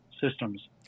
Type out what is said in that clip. systems